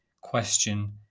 question